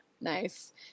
nice